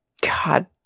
God